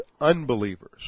unbelievers